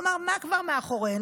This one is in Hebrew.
כלומר, מה כבר מאחורינו?